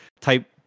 type